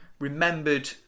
Remembered